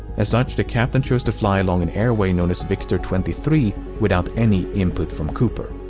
as such, the captain chose to fly along an airway known as victor twenty three without any input from cooper.